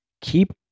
keep